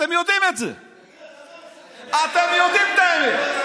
אתם יודעים את זה.